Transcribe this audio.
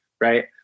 right